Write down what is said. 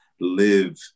live